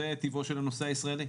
זה טבעו של הנוסע הישראלי.